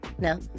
no